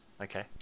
okay